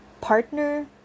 partner